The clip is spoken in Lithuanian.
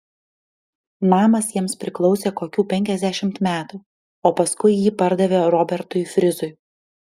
namas jiems priklausė kokių penkiasdešimt metų o paskui jį pardavė robertui frizui